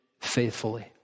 faithfully